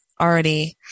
already